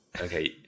Okay